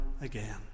again